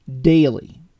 daily